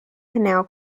canal